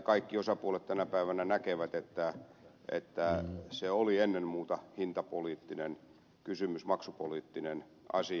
kaikki osapuolet tänä päivänä näkevät että se oli ennen muuta hintapoliittinen kysymys maksupoliittinen asia